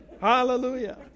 Hallelujah